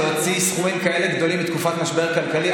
שלהוציא סכומים כאלה גדולים בתקופת משבר כלכלי,